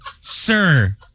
Sir